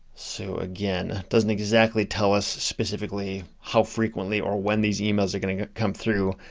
so again, doesn't exactly tell us specifically, how frequently, or when these emails are gonna come through,